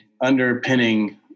underpinning